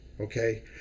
okay